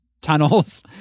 tunnels